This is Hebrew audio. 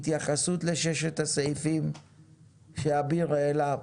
התייחסות לששת הסעיפים שאביר העלה.